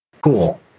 Cool